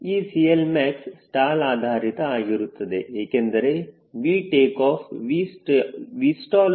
ಈ CLmax stall ಆಧಾರಿತ ಆಗಿರುತ್ತದೆ ಏಕೆಂದರೆ V takeoff Vstallನ 1